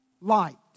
light